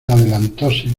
adelantóse